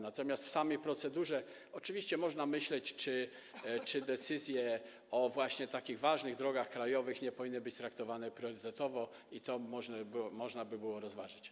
Natomiast co do samej procedury oczywiście można myśleć, czy decyzje o takich ważnych drogach krajowych nie powinny być traktowane priorytetowo, i to można by było rozważyć.